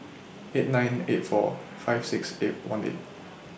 eight nine eight four five six eight one eight